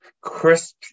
Crisp